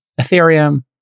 ethereum